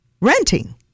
renting